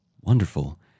Wonderful